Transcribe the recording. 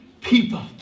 people